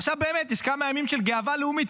עכשיו באמת יש כמה ימים של גאווה לאומית,